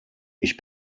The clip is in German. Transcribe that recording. ich